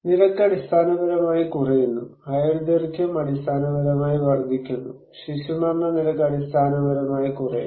നിരക്ക് അടിസ്ഥാനപരമായി കുറയുന്നു ആയുർദൈർഘ്യം അടിസ്ഥാനപരമായി വർദ്ധിക്കുന്നു ശിശുമരണ നിരക്ക് അടിസ്ഥാനപരമായി കുറയുന്നു